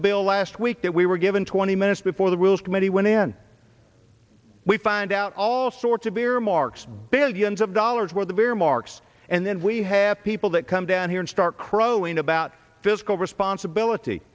a bill last week that we were given twenty minutes before the rules committee went in we find out all sorts of earmarks billions of dollars worth of earmarks and then we have people that come down here and start crowing about fiscal responsibility